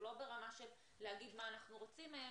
לא ברמה של להגיד מה אנחנו רוצים מהם,